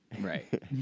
right